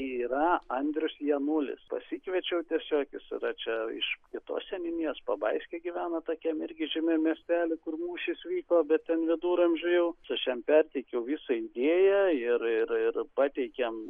yra andrius janulis pasikviečiau tiesiog jis yra čia iš kitos seniūnijos pabaiske gyvena tokiam irgi žymiam miestely kur mūšis vyko bet ten viduramžių jau aš jam perteikiau visą idėją ir ir ir pateikėm